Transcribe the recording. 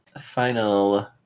final